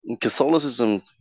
Catholicism